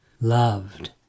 loved